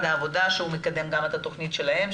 העבודה שהוא מקדם גם את התוכנית שלהם,